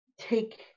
take